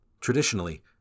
Traditionally